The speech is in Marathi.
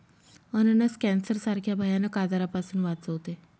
अननस कॅन्सर सारख्या भयानक आजारापासून वाचवते